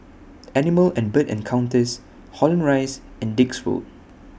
Animal and Bird Encounters Holland Rise and Dix Road